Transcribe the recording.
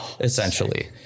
essentially